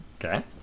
Okay